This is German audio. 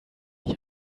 die